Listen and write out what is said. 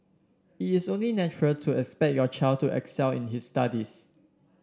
it is only natural to expect your child to excel in his studies